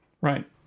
Right